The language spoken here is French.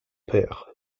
père